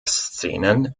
szenen